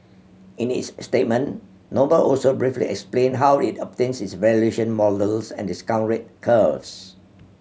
in its statement Noble also briefly explained how it obtains its valuation models and discount rate curves